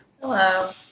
Hello